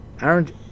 Aaron